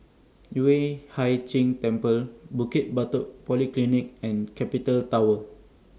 Yueh Hai Ching Temple Bukit Batok Polyclinic and Capital Tower